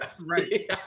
Right